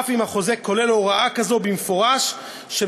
אף אם החוזה כולל הוראה מפורשת כזו,